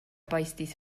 paistis